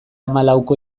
hamalauko